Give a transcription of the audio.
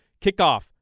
Kickoff